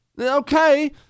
okay